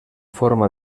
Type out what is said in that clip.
forma